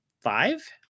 five